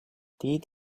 did